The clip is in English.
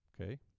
Okay